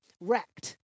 wrecked